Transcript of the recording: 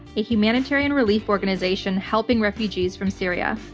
a humanitarian relief organization helping refugees from syria.